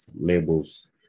labels